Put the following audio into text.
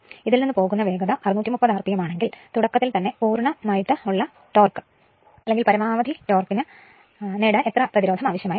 ഇത് നിന്നുപോവുന്ന വേഗത 630 rpm ആണെങ്കിൽ തുടക്കത്തിൽ തന്നെ പൂർണ ഭ്രമണം നേടാൻ എത്ര പ്രതിരോധം ആവശ്യമായി വരും